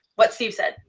what steve said.